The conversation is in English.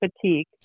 Fatigue